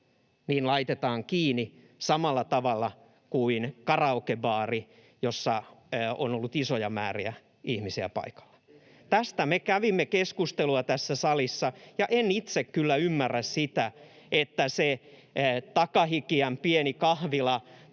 aikana, laitetaan kiinni samalla tavalla kuin karaokebaari, jossa on ollut isoja määriä ihmisiä paikalla. Tästä me kävimme keskustelua tässä salissa. Ja en itse kyllä ymmärrä sitä, että se takahikiän pieni kahvila